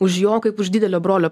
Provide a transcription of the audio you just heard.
už jo kaip už didelio brolio